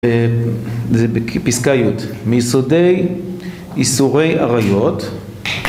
זה בפסקה י', מיסודי איסורי עריות